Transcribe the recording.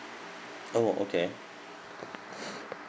oh okay